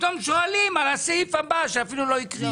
ופתאום שואלים על הסעיף הבא שאפילו לא הקריאו.